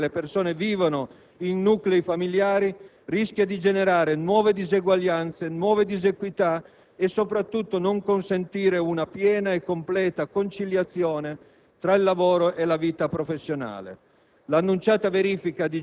il fatto essenziale che le persone vivono in nuclei familiari, potrebbe generare nuove diseguaglianze e disequità e, soprattutto, non consentire una piena e completa conciliazione tra il lavoro e la vita professionale.